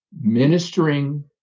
ministering